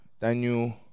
Daniel